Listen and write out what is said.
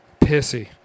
pissy